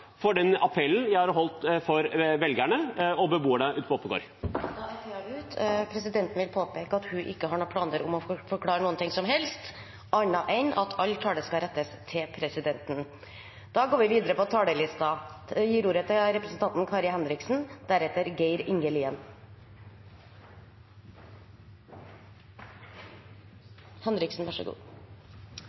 for den appellen jeg holdt for velgerne og beboerne i Oppegård. Presidenten vil påpeke at hun ikke har noen planer om å forklare noen ting som helst annet enn at all tale skal rettes til presidenten. Jeg vil starte med å si at i dag har jeg oppriktig vondt av tidligere justisminister Odd Einar Dørum. Han var med på